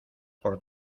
por